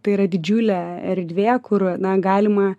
tai yra didžiulė erdvė kur na galima